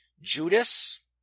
Judas